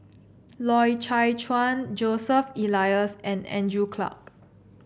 Loy Chye Chuan Joseph Elias and Andrew Clarke